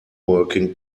working